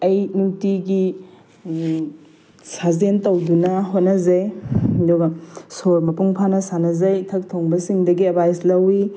ꯑꯩ ꯅꯨꯡꯇꯤꯒꯤ ꯁꯥꯖꯦꯟ ꯇꯧꯗꯨꯅ ꯍꯣꯠꯅꯖꯩ ꯑꯗꯨꯒ ꯁꯣꯔ ꯃꯄꯨꯡ ꯐꯥꯅ ꯁꯥꯟꯅꯖꯩ ꯏꯊꯛꯊꯣꯡꯕꯁꯤꯡꯗꯒꯤ ꯑꯦꯠꯚꯥꯏꯁ ꯂꯧꯋꯤ